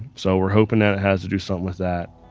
so we're hoping that it has to do something with that.